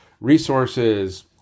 resources